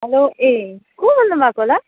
hello ए को बोल्नु भएको होला